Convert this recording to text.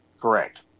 Correct